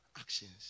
actions